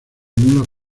mulas